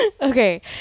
Okay